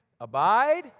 Abide